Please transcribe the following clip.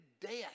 death